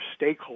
stakeholders